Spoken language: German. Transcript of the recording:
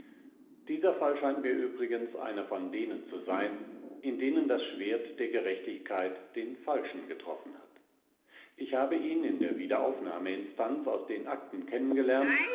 dieser fall scheint mir übrigens einer von denen zu sein in denen das schwert der gerechtigkeit den falschen getroffen hat ich habe ihn in der wiederaufnahmeinstanz aus den akten kennengelernt